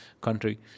country